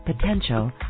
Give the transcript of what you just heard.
potential